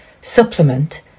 supplement